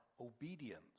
obedience